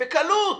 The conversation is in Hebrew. בקלות.